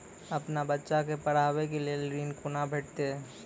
अपन बच्चा के पढाबै के लेल ऋण कुना भेंटते?